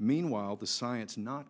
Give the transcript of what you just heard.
meanwhile the science not